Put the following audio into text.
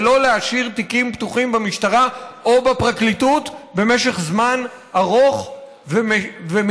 ולא להשאיר תיקים פתוחים במשטרה או בפרקליטות במשך זמן ארוך ומיותר,